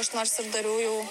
aš nors ir dariau jau